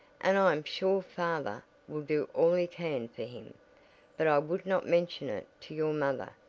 and i am sure father will do all he can for him but i would not mention it to your mother,